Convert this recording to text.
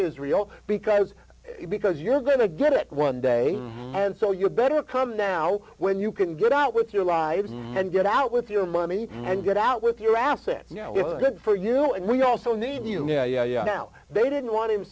israel because because you're going to get it one day and so you better come now when you can get out with your lives and get out with your money and get out with your assets good for you and we also need you now they didn't want him